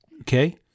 Okay